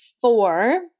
four